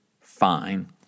fine